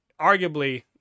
arguably